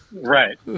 Right